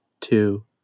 two